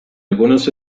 algunos